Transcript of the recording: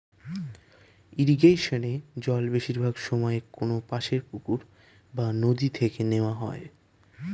ইরিগেশনে জল বেশিরভাগ সময়ে কোনপাশের পুকুর বা নদি থেকে নেওয়া হয়